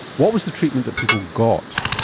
what was the treatment that people got?